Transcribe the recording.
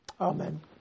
Amen